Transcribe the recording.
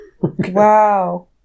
Wow